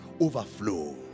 overflow